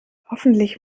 hoffentlich